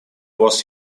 was